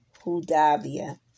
Hudavia